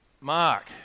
Mark